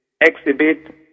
exhibit